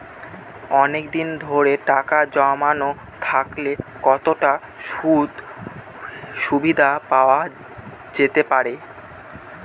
অনেকদিন ধরে টাকা জমানো থাকলে কতটা সুদের সুবিধে পাওয়া যেতে পারে?